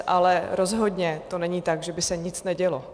Ale rozhodně to není tak, že by se nic nedělo.